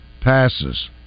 passes